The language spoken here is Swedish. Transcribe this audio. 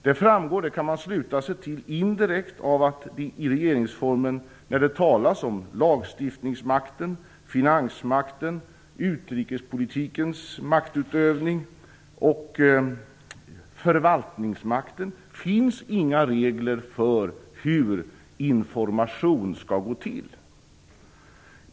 Detta kan man sluta sig till indirekt genom regeringsformen, där det talas om att det i lagstiftningsmakten, finansmakten, utrikespolitikens maktutövning och förvaltningsmakten inte finns några regler för hur information skall gå till.